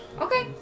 Okay